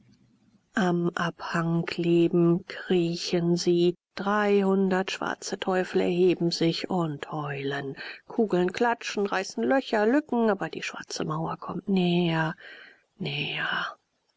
am abhang kleben kriechen sie dreihundert schwarze teufel erheben sich und heulen kugeln klatschen reißen löcher lücken aber die schwarze mauer kommt näher näher